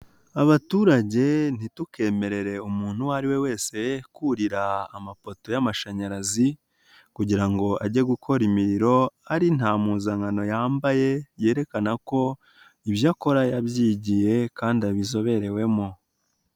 Abaturage ntitukemerere umuntu uwo ari we wese kurira amapoto y'amashanyarazi kugira ngo ajye gukora imirimo, ari nta mpuzankano yambaye yerekana ko ibyo akora yabyigiye kandi abizoberewemo.